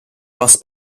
kas